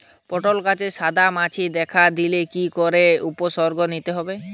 পটল গাছে সাদা মাছি দেখা দিলে কি কি উপসর্গ নিতে হয়?